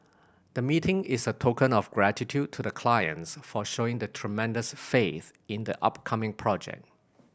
the meeting is a token of gratitude to the clients for showing tremendous faith in the upcoming project